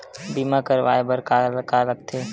बीमा करवाय बर का का लगथे?